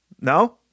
No